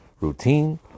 routine